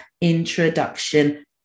Introduction